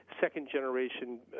second-generation